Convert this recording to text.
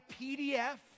PDF